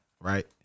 right